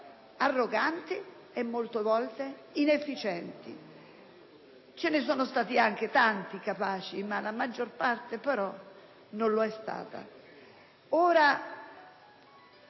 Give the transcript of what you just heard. arroganti e molte volte inefficienti. Ce ne sono stati anche tanti capaci, ma la maggior parte però non lo è stata.